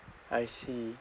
I see